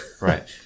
right